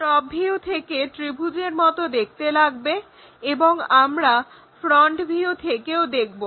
top view থেকে একে ত্রিভুজের মতো দেখতে লাগবে এবং আমরা ফ্রন্ট ভিউ থেকেও দেখবো